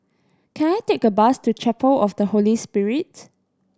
can I take a bus to Chapel of the Holy Spirit